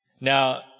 Now